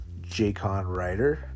jconwriter